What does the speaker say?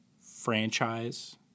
franchise